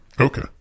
Okay